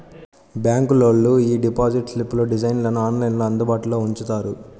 బ్యాంకులోళ్ళు యీ డిపాజిట్ స్లిప్పుల డిజైన్లను ఆన్లైన్లో అందుబాటులో ఉంచుతారు